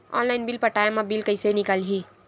Online bill पटाय मा bill कइसे निकलही?